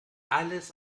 alles